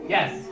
Yes